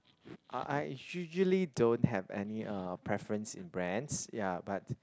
uh I usually don't have any uh preference in brands ya but